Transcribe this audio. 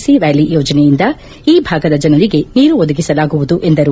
C ವ್ಲಾಲಿ ಯೋಜನೆಯಿಂದ ಈ ಭಾಗದ ಜನರಿಗೆ ನೀರು ಒದಗಿಸಲಾಗುವುದು ಎಂದರು